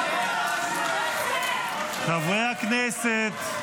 חברי הכנסת.